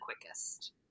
quickest